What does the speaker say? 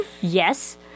Yes